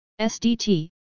SDT